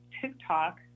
TikTok